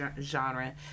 genre